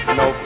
no